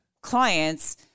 clients